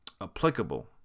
applicable